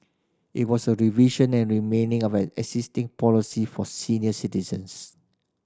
it was a revision and remaining of an existing policy for senior citizens